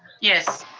yes.